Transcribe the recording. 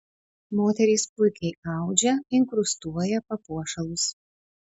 moterys puikiai audžia inkrustuoja papuošalus